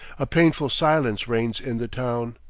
a painful silence reigns in the town.